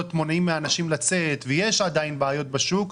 מונעות מאנשים לצאת ויש עדיין בעיות בשוק,